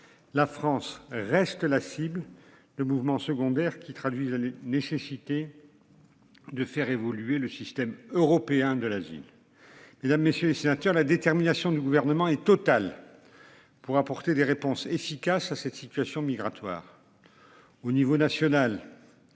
La France reste la cible. Le mouvement secondaire qui traduit la nécessité. De faire évoluer le système européen de l'asile. Mesdames, messieurs les sénateurs. La détermination du gouvernement est totale. Pour apporter des réponses efficaces à cette situation migratoire. Au niveau national.